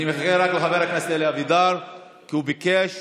אני מחכה רק לחבר הכנסת אלי אבידר כי הוא ביקש.